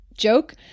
Joke